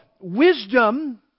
wisdom